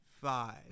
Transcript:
five